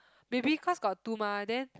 maybe cause got two mah then